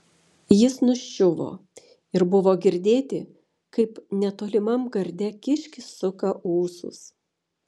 jis nuščiuvo ir buvo girdėti kaip netolimam garde kiškis suka ūsus